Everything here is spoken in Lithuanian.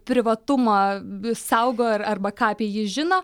privatumą saugo ir arba ką apie jį žino